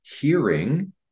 hearing